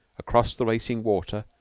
across the racing water,